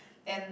and